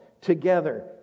together